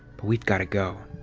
but we've got to go.